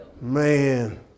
Man